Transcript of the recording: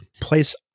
place